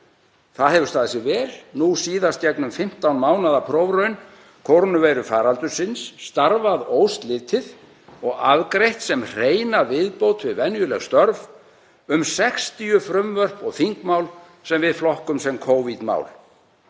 Það hefur staðið sig vel, nú síðast gegnum 15 mánaða prófraun kórónuveirufaraldursins, starfað óslitið og afgreitt sem hreina viðbót við venjuleg störf um 60 frumvörp og þingmál sem við flokkum sem Covid-mál.